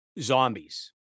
zombies